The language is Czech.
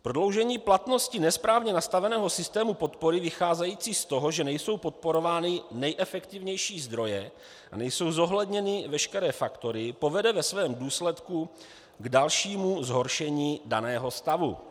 Prodloužení platnosti nesprávně nastaveného systému podpory vycházející z toho, že nejsou podporovány nejefektivnější zdroje a nejsou zohledněny veškeré faktory, povede ve svém důsledku k dalšímu zhoršení daného stavu.